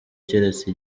keretse